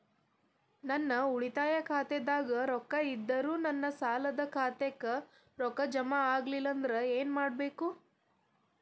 ನನ್ನ ಉಳಿತಾಯ ಖಾತಾದಾಗ ರೊಕ್ಕ ಇದ್ದರೂ ನನ್ನ ಸಾಲದು ಖಾತೆಕ್ಕ ರೊಕ್ಕ ಜಮ ಆಗ್ಲಿಲ್ಲ ಅಂದ್ರ ಏನು ಮಾಡಬೇಕು?